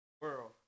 world